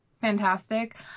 fantastic